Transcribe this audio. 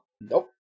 Nope